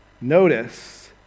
notice